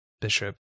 Bishop